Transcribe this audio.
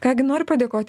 ką gi noriu padėkot